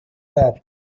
that